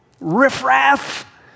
riffraff